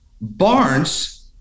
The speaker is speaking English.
Barnes